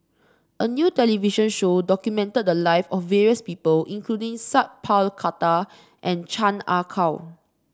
a new television show documented the lives of various people including Sat Pal Khattar and Chan Ah Kow